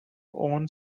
own